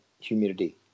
humidity